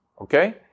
okay